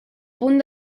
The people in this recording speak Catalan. punt